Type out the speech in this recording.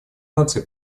наций